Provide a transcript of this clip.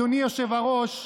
אדוני היושב-ראש,